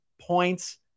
points